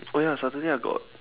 oh ya saturday I got